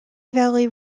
valley